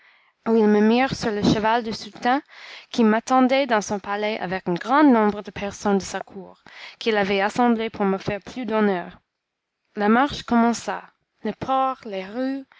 ils me mirent sur le cheval du sultan qui m'attendait dans son palais avec un grand nombre de personnes de sa cour qu'il avait assemblées pour me faire plus d'honneur la marche commença le port les rues